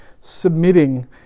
submitting